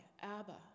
Abba